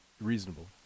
Reasonable